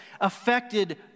affected